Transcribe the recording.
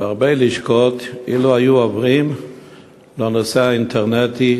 בהרבה לשכות אילו היו עוברים לנושא האינטרנטי,